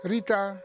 Rita